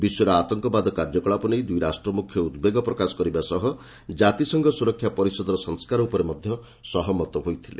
ବିଶ୍ୱରେ ଆତଙ୍କବାଦ କାର୍ଯ୍ୟକଳାପ ନେଇ ଦୁଇ ରାଷ୍ଟ୍ରମୁଖ୍ୟ ଉଦ୍ବେଗ ପ୍ରକାଶ କରିବା ସହ ଜାତିସଂଘ ସୁରକ୍ଷା ପରିଷଦର ସଂସ୍କାର ଉପରେ ସହମତ ହୋଇଥିଲେ